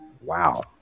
Wow